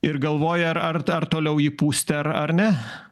ir galvoja ar ar ar toliau jį pūsti ar ar ne